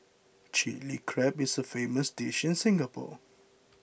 Chilli Crab is a famous dish in Singapore